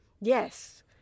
Yes